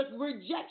rejection